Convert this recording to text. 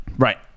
Right